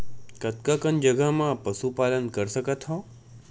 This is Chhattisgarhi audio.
कतका कन जगह म पशु पालन कर सकत हव?